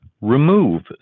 remove